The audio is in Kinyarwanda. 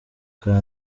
bwa